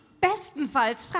bestenfalls